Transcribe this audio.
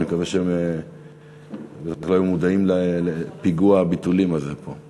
אני מקווה שהם יהיו מודעים לפיגוע הביטולים הזה פה.